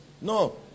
No